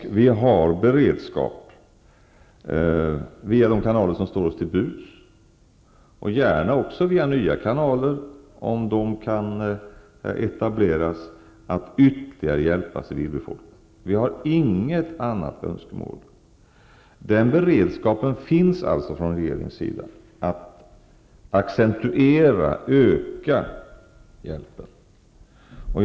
Vi har en beredskap via de kanaler som står till buds för oss -- jag ser gärna också nya kanaler, om sådana kan etableras -- för att ytterligare hjälpa civilbefolkningen. Vi har inget annat önskemål. Från regeringens sida finns alltså beredskapen att accentuera, öka, hjälpen.